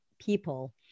people